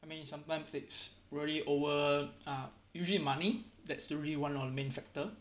I mean sometime it's really over uh usually money that's really one of the main factor